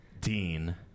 dean